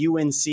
UNC